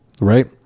right